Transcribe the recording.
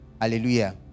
hallelujah